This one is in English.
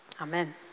amen